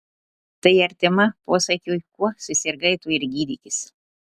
tai artima posakiui kuo susirgai tuo ir gydykis